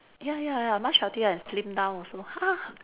ya ya ya much healthier and slim down also